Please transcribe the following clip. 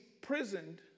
prisoned